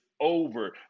over